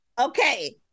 Okay